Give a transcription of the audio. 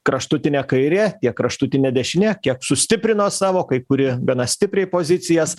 kraštutinė kairė tiek kraštutinė dešinė kiek sustiprino savo kai kuri gana stipriai pozicijas